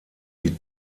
die